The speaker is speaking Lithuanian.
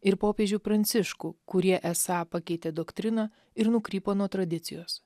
ir popiežių pranciškų kurie esą pakeitė doktriną ir nukrypo nuo tradicijos